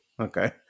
okay